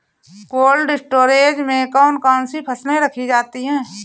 Cold storage में कौन कौन सी फसलें रखी जाती हैं?